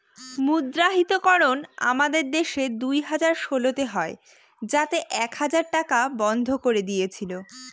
মুদ্রাহিতকরণ আমাদের দেশে দুই হাজার ষোলোতে হয় যাতে এক হাজার টাকা বন্ধ করে দিয়েছিল